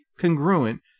congruent